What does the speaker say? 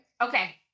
Okay